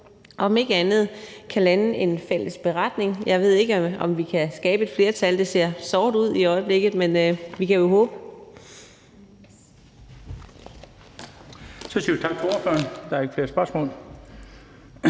om ikke andet lande en fælles beretning. Jeg ved ikke, om vi kan skabe et flertal – det ser sort ud i øjeblikket, men vi kan jo håbe. Kl. 13:05 Den fg. formand (Bent Bøgsted):